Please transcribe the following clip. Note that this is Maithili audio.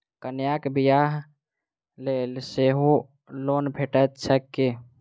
कन्याक बियाह लेल सेहो लोन भेटैत छैक की?